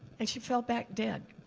and she fell back dead.